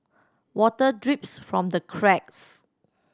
water drips from the cracks